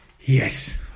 yes